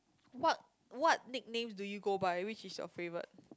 what what nicknames do you go by which is your favourite